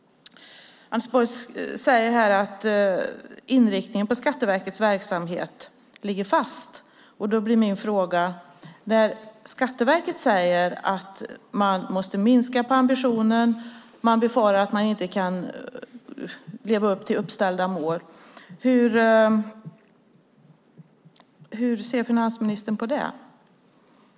Anders Borg säger att inriktningen på Skatteverkets verksamhet ligger fast. Då blir min fråga: När Skatteverket säger att man måste minska på ambitionen, man befarar att man inte kan leva upp till uppställda mål, hur ser finansministern på det?